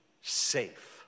safe